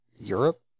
Europe